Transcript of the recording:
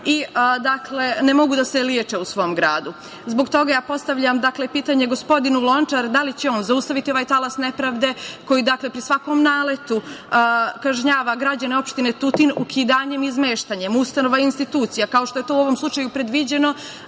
gradu i ne mogu da se leče u svom gradu. Zbog toga ja postavljam pitanje gospodinu Lončaru da li će on zaustaviti ovaj talas nepravde koji, dakle, pri svakom naletu kažnjava građane opštine Tutin ukidanjem i izmeštanjem ustanova i institucija, kao što je to u ovom slučaju predviđeno